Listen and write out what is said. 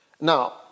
Now